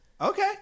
Okay